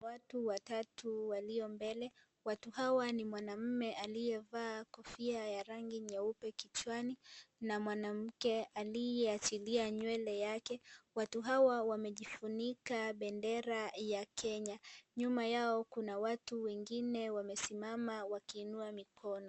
Watu watatu walio mbele. Watu hawa, ni mwanaume aliyevaa kofia ya rangi nyeupe kichwani na mwanamke aliyeachilia nywele yake. Watu hawa, wamejifunika bendera ya Kenya. Nyuma yao, kuna watu wengine wamesimama wakiinua mikono.